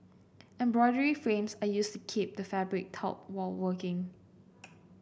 embroidery frames are used to keep the fabric taut while working